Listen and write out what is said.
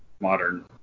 modern